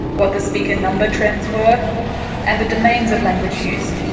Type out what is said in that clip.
what the speaker number trends were and the domains of language use.